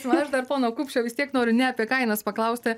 o aš dar pono kupšio vis tiek noriu ne apie kainas paklausti